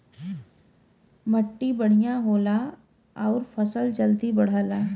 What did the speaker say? मट्टी बढ़िया होला आउर फसल जल्दी बढ़ला